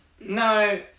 No